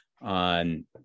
on